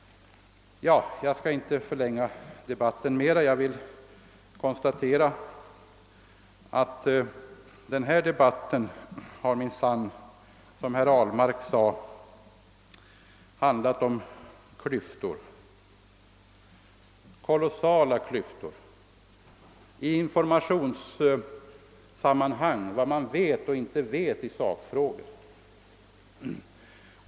Jag skall inte förlänga debatten ytterligare; jag vill bara konstatera att den minsann, som herr Ahlmark sade, har handlat om klyftor — om kolossala klyftor när det gäller information, när det gäller vad man vet och inte vet i sakfrågan.